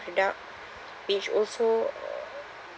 product which also